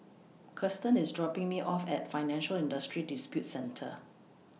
Kiersten IS dropping Me off At Financial Industry Disputes Center